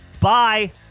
Bye